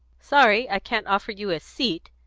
sorry i can't offer you a seat.